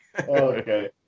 Okay